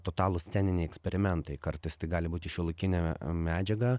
totalūs sceniniai eksperimentai kartais tai gali būti šiuolaikinė medžiaga